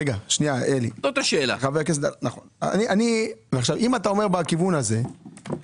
אם אתה אומר בכיוון הזה,